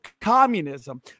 communism